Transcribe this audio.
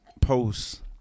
Posts